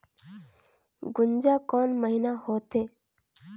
गुनजा कोन महीना होथे?